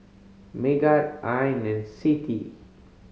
Megat Ain and Siti